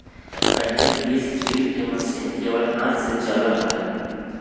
पहले बीज ड्रिल के मशीन केवल हाथ से चला हलय